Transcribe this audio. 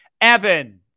Evan